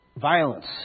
Violence